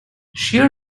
shear